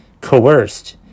coerced